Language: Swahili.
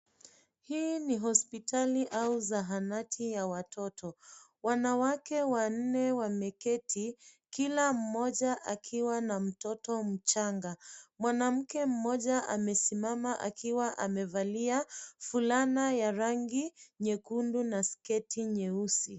Hii ni hospitali au zahanati ya watoto. Wanawake wanne wameketi kila mmoja akiwa na mtoto mchanga. Mwanamke mmoja amesimama akiwa amevalia fulana ya rangi nyekundu na sketi nyeusi.